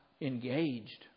engaged